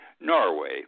Norway